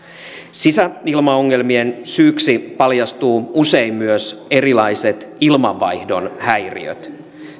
sisäilmaongelmien syyksi paljastuvat usein myös erilaiset ilmanvaihdon häiriöt